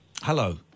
Hello